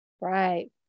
right